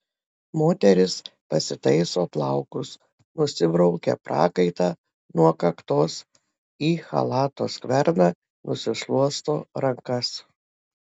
moteris pasitaiso plaukus nusibraukia prakaitą nuo kaktos į chalato skverną nusišluosto rankas